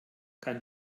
kann